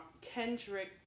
Kendrick